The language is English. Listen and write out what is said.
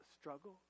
struggle